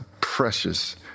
precious